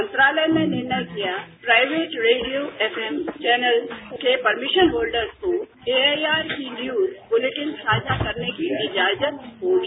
मंत्रालय ने निर्णय किया प्राइवेट रेडियो एफएम चौनल्स के प्रमीशन होत्डर्स को एथाईआर की न्यूज ब्लेटिन साझा करने की इजाजत होगी